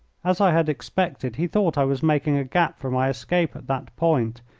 as i had expected, he thought i was making a gap for my escape at that point,